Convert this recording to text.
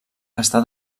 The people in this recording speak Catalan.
està